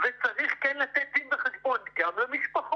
כן צריך לתת דין וחשבון גם למשפחות